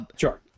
Sure